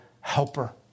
helper